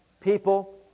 People